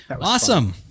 awesome